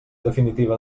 definitiva